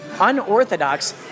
unorthodox